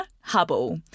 Hubble